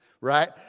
right